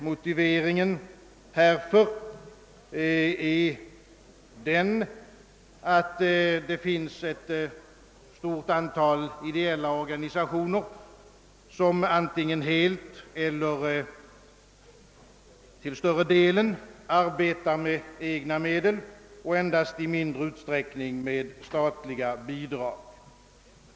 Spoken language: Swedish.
Motiveringen härför är, att det finns ett stort antal ideella organisationer, som antingen helt eller till större delen arbetar med egna medel och endast i mindre utsträckning med statliga bidrag.